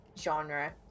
genre